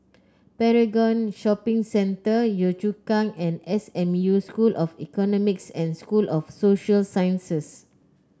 Paragon Shopping Centre Yio Chu Kang and S M U School of Economics and School of Social Sciences